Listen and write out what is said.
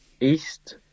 East